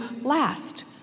last